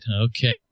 Okay